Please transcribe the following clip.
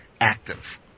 active